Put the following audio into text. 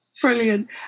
brilliant